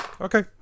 Okay